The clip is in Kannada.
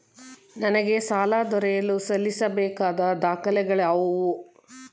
ನನಗೆ ಸಾಲ ದೊರೆಯಲು ಸಲ್ಲಿಸಬೇಕಾದ ದಾಖಲೆಗಳಾವವು?